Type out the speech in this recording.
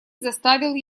заставил